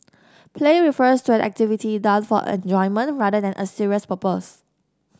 play refers to an activity done for enjoyment rather than a serious purpose